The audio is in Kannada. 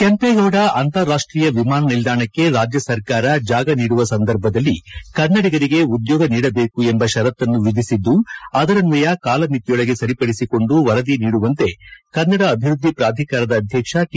ಕೆಂಪೇಗೌಡ ಅಂತರಾಷ್ಟೀಯ ವಿಮಾನ ನಿಲ್ದಾಣಕ್ಕೆ ರಾಜ್ಯ ಸರ್ಕಾರ ಜಾಗ ನೀಡುವ ಸಂದರ್ಭದಲ್ಲಿ ಕನ್ನಡಿಗರಿಗೆ ಉದ್ಯೋಗ ನೀಡಬೇಕು ಎಂಬ ಷರತ್ತನ್ನು ವಿಧಿಸಿದ್ದು ಆದರನ್ವಯ ಕಾಲಮಿತಿಯೊಳಗೆ ಸರಿಪಡಿಸಿಕೊಂಡು ವರದಿ ನೀಡುವಂತೆ ಕನ್ನಡ ಅಭಿವ್ಯದ್ದಿ ಪ್ರಾಧಿಕಾರದ ಅಧ್ಯಕ್ಷ ಟಿ